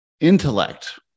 intellect